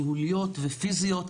ניהוליות ופיזיות,